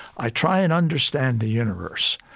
i try and understand the universe.